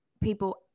people